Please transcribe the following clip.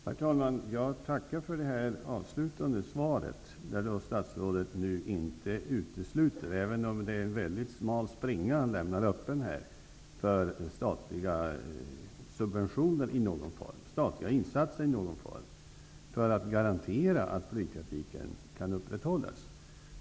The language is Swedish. Herr talman! Jag tackar för det avslutande svaret, där statsrådet inte utesluter -- även om det är en mycket smal springa han lämnar öppen -- statliga subventioner eller insatser i någon form för att garantera att flygtrafiken kan upprätthållas.